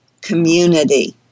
community